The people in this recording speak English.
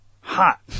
hot